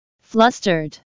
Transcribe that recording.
flustered